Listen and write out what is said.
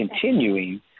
continuing